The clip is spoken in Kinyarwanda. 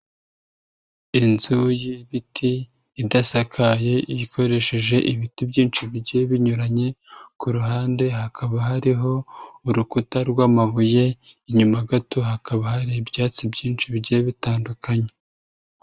Inzu y'ibiti idasakaye, ikoresheje ibiti byinshi bigiye binyuranye, ku ruhande hakaba hariho urukuta rw'amabuye, inyuma gato hakaba hari ibyatsi byinshi bigiye bitandukanye.